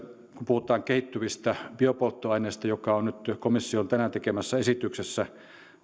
kun puhutaan kehittyvistä biopolttoaineista jotka ovat nyt komission tänään tekemässä esityksessä